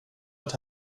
att